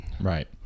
Right